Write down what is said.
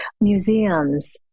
museums